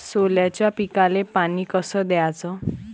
सोल्याच्या पिकाले पानी कस द्याचं?